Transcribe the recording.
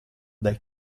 dai